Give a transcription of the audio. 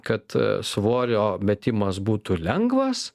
kad svorio metimas būtų lengvas